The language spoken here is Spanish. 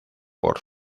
por